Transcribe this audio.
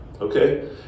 Okay